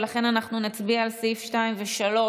ולכן אנחנו נצביע על סעיפים 2 ו-3,